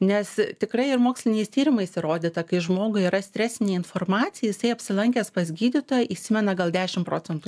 nes tikrai ir moksliniais tyrimais įrodyta kai žmogui yra stresinė informacija jisai apsilankęs pas gydytoją įsimena gal dešim procentų